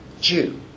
Jew